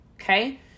Okay